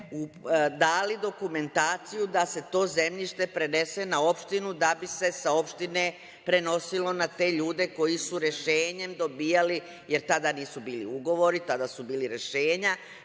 Mi smo dali dokumentaciju da se to zemljište prenese na opštinu, da bi se sa opštine prenosilo na te ljudi koji su rešenjem dobijali, jer tada nisu bili ugovori, tada su bila rešenja